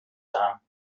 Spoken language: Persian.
دهم